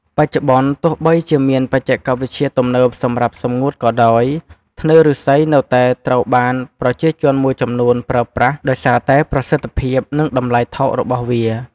បច្ចុប្បន្ន ទោះបីជាមានបច្ចេកវិទ្យាទំនើបសម្រាប់សម្ងួតក៏ដោយ ធ្នើរឬស្សីនៅតែត្រូវបានប្រជាជនមួយចំនួនប្រើប្រាស់ដោយសារតែប្រសិទ្ធភាព និងតម្លៃថោករបស់វា។